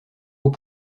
haut